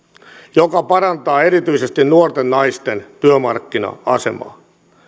joka parantaa erityisesti nuorten naisten työmarkkina asemaa